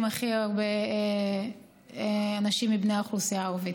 הכי הרבה אנשים מבני האוכלוסייה הערבית.